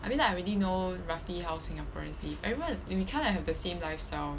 I mean like I already know roughly how singaporeans they everyone we kind of have the same lifestyle